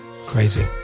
crazy